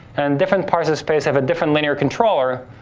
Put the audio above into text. and different parts of the space have a different linear controller,